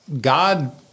God